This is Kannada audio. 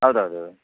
ಹೌದ್ ಹೌದು